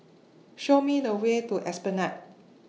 Show Me The Way to Esplanade